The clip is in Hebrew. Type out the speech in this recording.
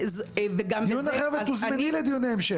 דיון אחר ותוזמני לדיוני המשך.